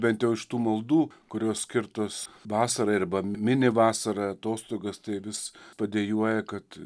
bent jau iš tų maldų kurios skirtos vasarai arba mini vasarą atostogas tai vis padejuoja kad